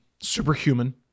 superhuman